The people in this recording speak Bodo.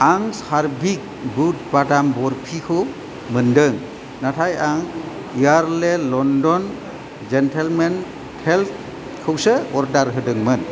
आं चार्विक बुद बादाम बरफिखौ मोनदों नाथाय आं यार्डले लन्दन जेन्टेलमेन टेल्कखौसो अर्डार होदोंमोन